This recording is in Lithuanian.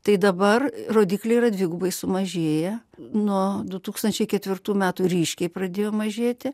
tai dabar rodikliai yra dvigubai sumažėję nuo du tūkstančiai ketvirtųjų metų ryškiai pradėjo mažėti